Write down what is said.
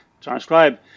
transcribe